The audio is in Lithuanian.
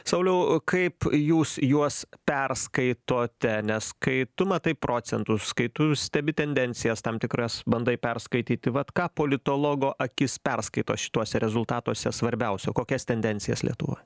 sauliau kaip jūs juos perskaitote nes kai tu matai procentus kai tu stebi tendencijas tam tikras bandai perskaityti vat ką politologo akis perskaito šituose rezultatuose svarbiausio kokias tendencijas lietuvoj